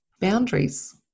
boundaries